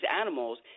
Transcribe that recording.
animals